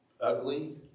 ugly